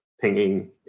pinging